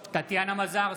מזרסקי,